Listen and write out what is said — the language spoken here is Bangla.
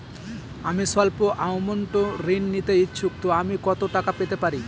আমি সল্প আমৌন্ট ঋণ নিতে ইচ্ছুক তো আমি কত টাকা পেতে পারি?